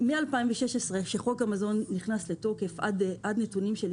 מ-2016, אז נכנס חוק המזון לתוקף, ועד 2022,